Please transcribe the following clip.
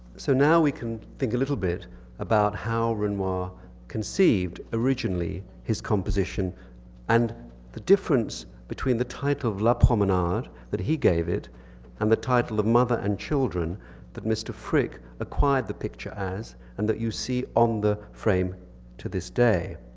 so now we can think a little bit about how renoir conceived originally his composition and the difference between the title of la promenade that he gave it and the title of mother and children that mr. frick acquired the picture as and that you see on the frame to this day.